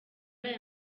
aya